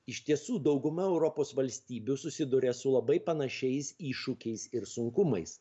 iš tiesų dauguma europos valstybių susiduria su labai panašiais iššūkiais ir sunkumais